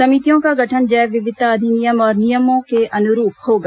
समितियों का गठन जैव विविधता अधिनियम और नियम के अनुरूप होगा